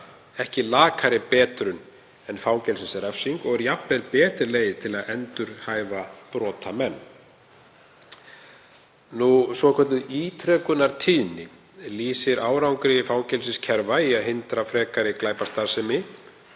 ekki lakari betrun en fangelsisrefsing og er jafnvel betri leið til að endurhæfa brotamenn. Svokölluð ítrekunartíðni lýsir árangri fangelsiskerfa í að hindra frekari glæpastarfsemi